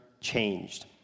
changed